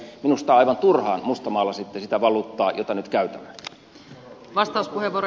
minusta aivan turhaan mustamaalasitte sitä valuuttaa jota nyt käytämme